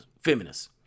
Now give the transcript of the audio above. feminists